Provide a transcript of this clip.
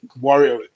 Warrior